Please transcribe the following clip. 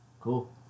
Cool